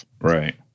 Right